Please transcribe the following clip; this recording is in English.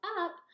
up